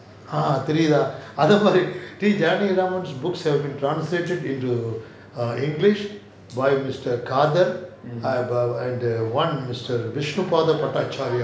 ah தெரியுதா அத மாரி:teriyutha atha maari T janakiraman books have been translated into err english by mister kadhar and err one mister vishnupaatha pattachariya